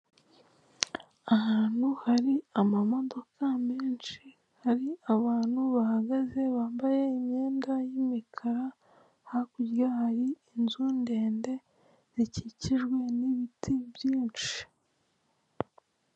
Ahantu hari amamodoka menshi, hari abantu bahagaze bambaye imyenda y'imikara, hakurya hari inzu ndende zikikijwe n'ibiti byinshi.